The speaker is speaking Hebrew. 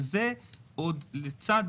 וזה עוד לצד,